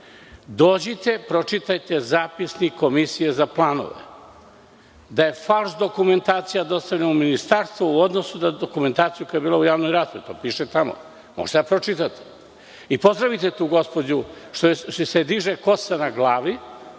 Dođite, pročitajte zapisnik Komisije za planove, da je falš dokumentacija dostavljena u ministarstvo u odnosu da dokumentaciju koja je bila u javnoj raspravi. To piše tamo. Možete da pročitate. I pozdravite tu gospođu što joj se diže kosa na glavi